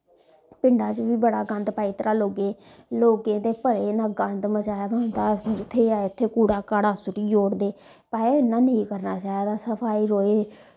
पिंडा च बी बड़ा गंद पाई दित्ता दा लोगें लोगें ते भलेंआ इन्ना गंद मचाए दा जित्थें ऐ उत्थें कूड़ा काड़ा सुट्टी ओड़दे भाई इ'यां नेईं करना चाहिदा सफाई रवै